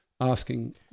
asking